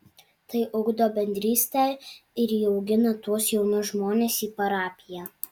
tai ugdo bendrystę ir įaugina tuos jaunus žmones į parapiją